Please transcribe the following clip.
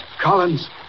Collins